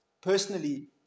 personally